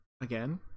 again